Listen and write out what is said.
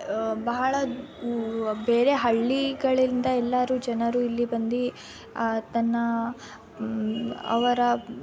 ಬಹಳ ಬೇರೆ ಊ ಹಳ್ಳಿಗಳಿಂದ ಎಲ್ಲರು ಜನರು ಇಲ್ಲಿ ಬಂದು ತನ್ನ ಅವರ